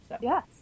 Yes